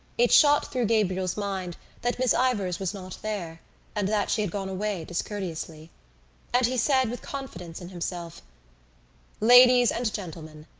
it shot through gabriel's mind that miss ivors was not there and that she had gone away discourteously and he said with confidence in himself ladies and gentlemen,